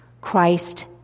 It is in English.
Christ